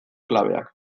klabeak